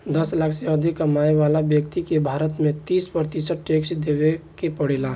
दस लाख से अधिक कमाए वाला ब्यक्ति के भारत में तीस प्रतिशत टैक्स देवे के पड़ेला